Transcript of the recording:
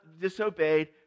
disobeyed